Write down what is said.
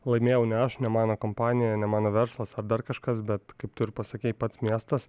laimėjau ne aš ne mano kompanija ne mano verslas ar dar kažkas bet kaip tu ir pasakei pats miestas